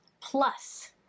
plus